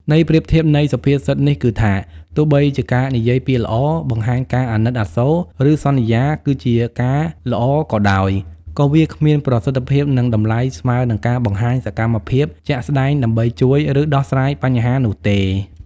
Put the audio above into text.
ន័យប្រៀបធៀបនៃសុភាសិតនេះគឺថា ទោះបីជាការនិយាយពាក្យល្អ បង្ហាញការអាណិតអាសូរ ឬសន្យាគឺជាការល្អក៏ដោយ ក៏វាគ្មានប្រសិទ្ធភាព និងតម្លៃស្មើនឹងការបង្ហាញសកម្មភាពជាក់ស្ដែងដើម្បីជួយ ឬដោះស្រាយបញ្ហានោះទេ។